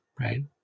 right